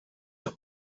are